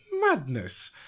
madness